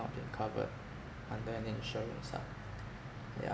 not yet covered under any insurance ah yeah